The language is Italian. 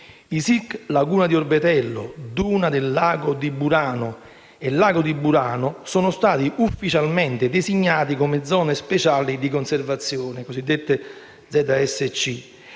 «Laguna di Orbetello», «Duna del Lago di Burano» e «Lago di Burano» sono stati ufficialmente designati come Zone speciali di conservazione (ZSC)